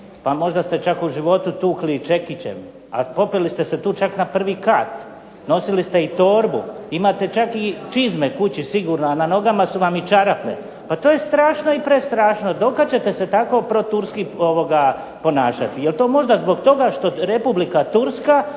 pa možda ste čak u životu tukli čekićem, a popeli ste se tu čak na prvi kat, nosili ste i torbu, imate čak i čizme kući sigurno a na nogama su vam i čarape. Pa to je strašno i prestrašno. Do kad ćete se tako proturski ponašati. Je li to možda zbog toga što Republika Turska